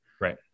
Right